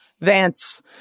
Vance